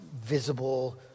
visible